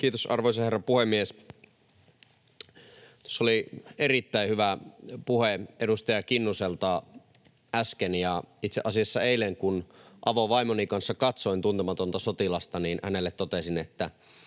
Kiitos, arvoisa herra puhemies! Tuossa oli erittäin hyvä puhe edustaja Kinnuselta äsken, ja itse asiassa eilen, kun avovaimoni kanssa katsoin Tuntematonta sotilasta, hänelle totesin, että